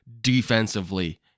defensively